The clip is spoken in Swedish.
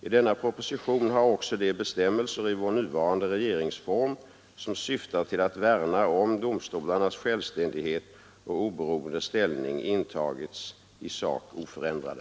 I denna proposition har också de bestämmelser i vår nuvarande regeringsform som syftar till att värna om domstolarnas självständighet och oberoende ställning intagits i sak oförändrade.